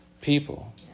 people